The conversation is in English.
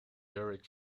derek